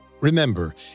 Remember